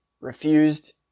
refused